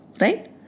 right